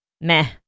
meh